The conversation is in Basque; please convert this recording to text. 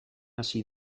hasi